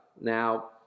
Now